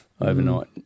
overnight